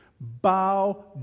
Bow